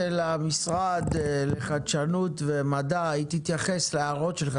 המשרד לחדשנות ומדע היא תתייחס להערות שלך,